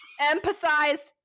empathize